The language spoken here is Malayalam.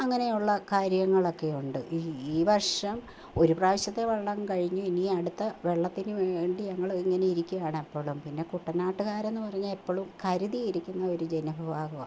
അങ്ങനെയുള്ള കാര്യങ്ങളൊക്കെയുണ്ട് ഈ ഈ ഈ വർഷം ഒരു പ്രാവശ്യത്തെ വെള്ളം കഴിഞ്ഞു ഇനി അടുത്ത വെള്ളത്തിനു വേണ്ടി ഞങ്ങൾ ഇങ്ങനെ ഇരിക്കുകയാണെപ്പോഴും പിന്നെ കുട്ടനാട്ടുകാരനെന്നു പറഞ്ഞാൽ എപ്പോഴും കരുതി ഇരിക്കുന്ന ഒരു ജന വിഭാഗം വാ